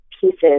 pieces